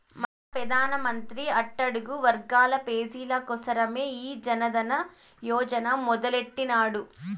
మన పెదానమంత్రి అట్టడుగు వర్గాల పేజీల కోసరమే ఈ జనదన యోజన మొదలెట్టిన్నాడు